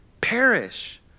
Perish